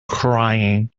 crying